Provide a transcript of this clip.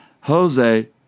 Jose